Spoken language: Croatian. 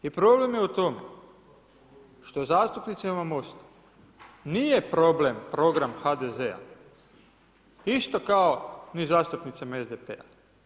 I problem je u tome što zastupnicima MOST-a nije problem program HDZ-a isto kao ni zastupnicima SDP-a.